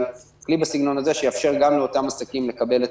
כלי בסגנון הזה שיאפשר גם לאותם עסקים לקבל את